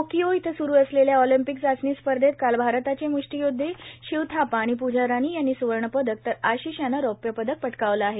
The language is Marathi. टोकियो इथं स्रु असलेल्या ऑलिंपिक चाचणी स्पर्धेत काल भारताचे मुष्टीयोदधे शिव थापा आणि पूजा राणी यांनी स्वर्णपदक तर आशिष यानं रौप्य पदक पटकावलं आहे